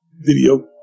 video